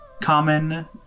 Common